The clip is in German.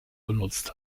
benutzt